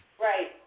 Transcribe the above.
Right